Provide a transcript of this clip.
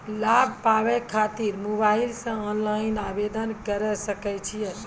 लाभ पाबय खातिर मोबाइल से ऑनलाइन आवेदन करें सकय छियै?